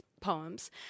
poems